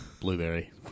Blueberry